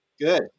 Good